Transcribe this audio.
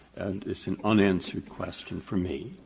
and it's an unanswered question for me,